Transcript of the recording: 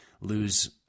lose